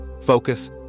focus